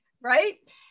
Right